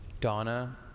Donna